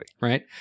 Right